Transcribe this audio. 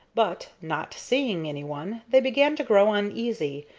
but, not seeing anyone, they began to grow uneasy,